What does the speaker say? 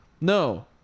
No